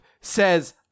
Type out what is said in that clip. says